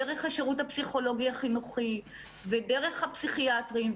דרך השירות הפסיכולוגי-החינוכי ודרך הפסיכיאטרים,